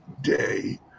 day